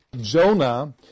Jonah